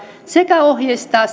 sekä ohjeistettava